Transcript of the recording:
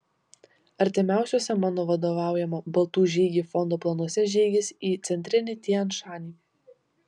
artimiausiuose mano vadovaujamo baltų žygiai fondo planuose žygis į centrinį tian šanį